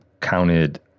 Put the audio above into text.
counted